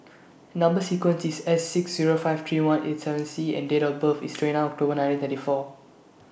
Number sequence IS S six Zero five three one eight seven C and Date of birth IS twenty nine October nineteen thirty four